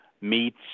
meats